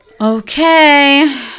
Okay